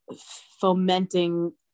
fomenting